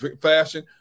fashion